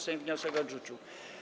Sejm wniosek odrzucił.